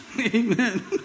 Amen